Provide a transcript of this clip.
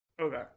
Okay